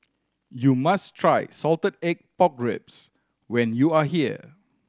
you must try salted egg pork ribs when you are here